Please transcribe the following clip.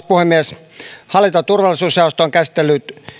puhemies hallinto ja turvallisuusjaosto on käsitellyt